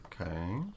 Okay